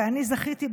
ואני זכיתי,